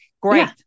Great